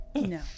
No